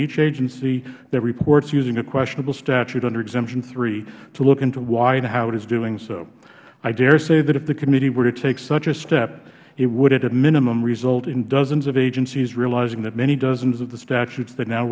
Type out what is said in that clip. each agency that reports using a questionable statute under exemption three to look into why and how it is doing so i daresay that if the committee were to take such a step it would at a minimum result in dozens of agencies realizing that many dozens of the statutes it now